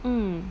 mm